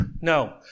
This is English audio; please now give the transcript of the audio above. No